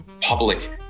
public